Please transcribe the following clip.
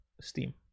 Steam